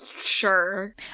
Sure